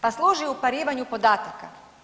Pa služi uparivanju podataka.